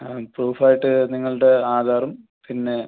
ആ പ്രൂഫായിട്ട് നിങ്ങളുടെ ആധാറും പിന്നെ